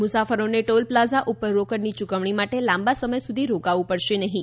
મુસાફરોને toll plaza ઉપર રોકડની ચૂકવણી માટે લાંબા સમય સુધી રોકાવું પડશે નહીં